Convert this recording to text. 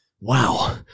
Wow